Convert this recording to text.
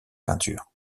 peinture